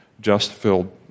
just-filled